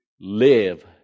live